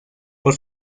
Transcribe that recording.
por